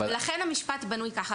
לכן המשפט בנוי ככה,